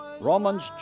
Romans